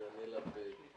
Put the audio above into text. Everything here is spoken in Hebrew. אני עונה לך.